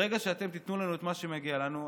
ברגע שאתם תיתנו לנו את מה שמגיע לנו,